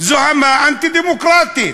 זוהמה אנטי-דמוקרטית,